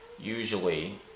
usually